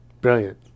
Brilliant